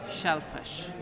shellfish